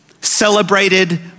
celebrated